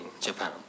Japan